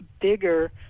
bigger